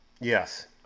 Yes